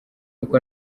uko